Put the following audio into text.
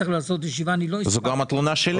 זאת גם התלונה שלי.